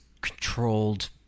controlled